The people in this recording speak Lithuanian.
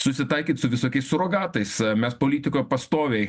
susitaikyt su visokiais surogatais mes politikoj pastoviai